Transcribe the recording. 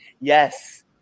Yes